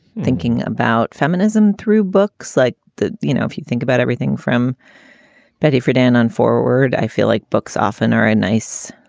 thinking about feminism through books like that. you know, if you think about everything from betty friedan on forward, i feel like books often are and nice.